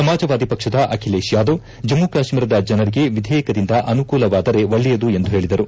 ಸಮಾಜವಾದಿ ಪಕ್ಷದ ಅಖಿಲೇತ್ ಯಾದವ್ ಜಮ್ಮ ಕಾಶ್ಮೀರದ ಜನರಿಗೆ ವಿಧೇಯಕದಿಂದ ಅನುಕೂಲವಾದರೆ ಒಳ್ಳೆಯದು ಎಂದು ಹೇಳದರು